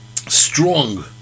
Strong